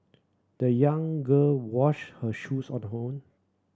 the young girl washed her shoes on the her own